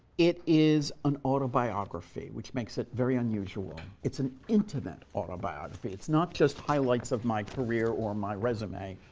it is an autobiography, which makes it very unusual. it's an intimate autobiography. it's not just highlights of my career or my resume.